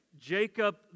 Jacob